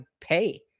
pay